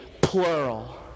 plural